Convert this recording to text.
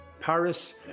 Paris